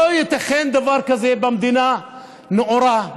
לא ייתכן דבר כזה במדינה נאורה,